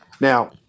Now